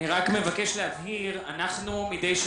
אני רק מבקש להבהיר: אנחנו מדי שנה,